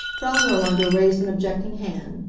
frau nirlanger raised an objecting hand.